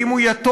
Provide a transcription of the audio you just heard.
ואם הוא יתום,